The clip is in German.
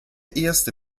erste